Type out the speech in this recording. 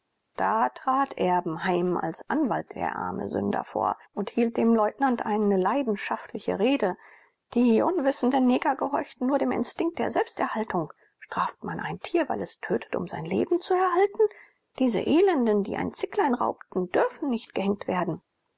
da trat erbenheim als anwalt der armesünder vor und hielt dem leutnant eine leidenschaftliche rede die unwissenden neger gehorchten nur dem instinkt der selbsterhaltung straft man ein tier weil es tötete um sein leben zu erhalten diese elenden die ein zicklein raubten dürfen nicht gehängt werden